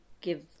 give